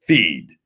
Feed